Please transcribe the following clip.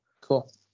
Cool